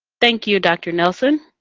thank you, dr. nelson.